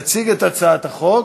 יציג את הצעת החוק